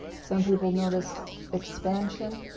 some people notice expansion,